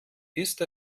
ist